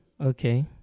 okay